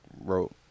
wrote